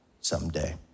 someday